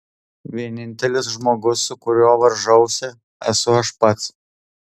vienintelis žmogus su kuriuo varžausi esu aš pats